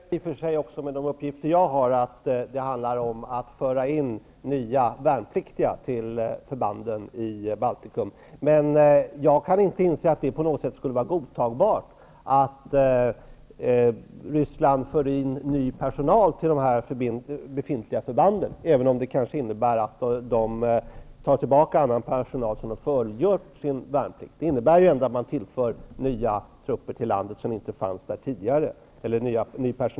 Fru talman! Det stämmer i och för sig också med de uppgifter jag har, att det handlar om att föra in nya värnpliktiga till förbanden i Baltikum. Men jag kan inte inse att det på något sätt skulle vara godtagbart att Ryssland för in ny personal till de befintliga förbanden, även om det kanske innebär att man tar tillbaka annan personal, som har fullgjort sin värnplikt. Det innebär att man tillför ny personal till landet som inte fanns där tidigare.